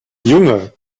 junge